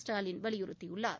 ஸ்டாலின் வலியுறுத்தியுள்ளார்